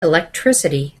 electricity